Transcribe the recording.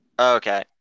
Okay